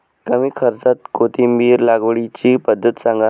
कमी खर्च्यात कोथिंबिर लागवडीची पद्धत सांगा